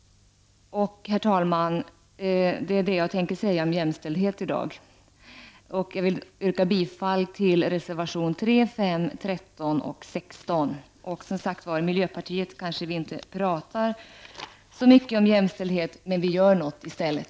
Herr talman! Detta är vad jag vill säga om jämställdhet i dag. Jag yrkar bifall till reservationerna 3, 5, 13 och 16. Och som sagt: I miljöpartiet kanske vi inte pratar så mycket om jämställdhet, men vi gör något i stället.